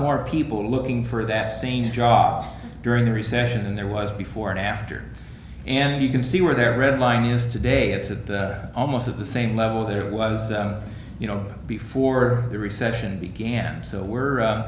more people looking for that same job during the recession and there was before and after and you can see where their red line is today it's the almost at the same level that it was you know before the recession began so we're